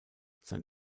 sein